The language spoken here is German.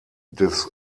des